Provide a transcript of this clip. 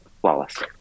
Flawless